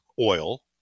oil